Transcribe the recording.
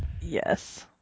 Yes